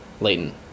Leighton